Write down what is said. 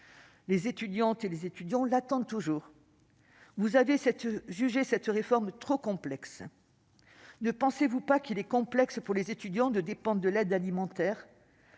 Les étudiantes et les étudiants l'attendent toujours. Vous avez jugé cette réforme « trop complexe ». Ne pensez-vous pas qu'il est « complexe » pour les étudiants de dépendre de l'aide alimentaire